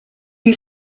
you